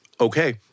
okay